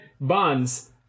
bonds